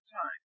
time